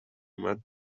اومد